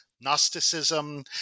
Gnosticism